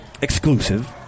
Exclusive